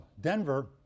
Denver